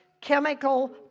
chemical